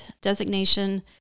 designation